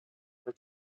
her